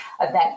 event